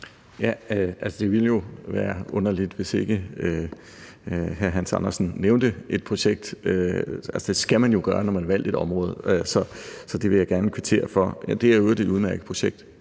Ja, det ville jo være underligt, hvis ikke hr. Hans Andersen nævnte et projekt. Det skal man jo gøre, når man er valgt i et område. Så det vil jeg gerne kvittere for. Det er i øvrigt et udmærket projekt,